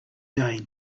day